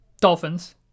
dolphins